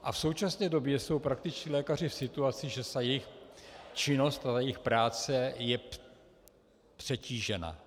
V současné době jsou praktičtí lékaři v situaci, že jejich činnost a jejich práce je přetížena.